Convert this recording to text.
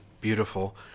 Beautiful